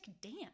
dance